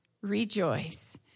Rejoice